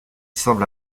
semble